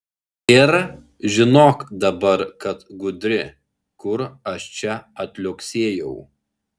ir žinok dabar kad gudri kur aš čia atliuoksėjau